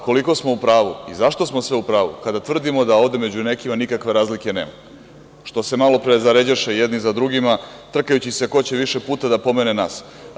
Koliko smo u pravu i zašto smo sve u pravu kada tvrdimo da ovde među nekim nikakve razlike nema, što se malopre zaređaše jedni za drugima, trkajući ko će više puta da pomene nas.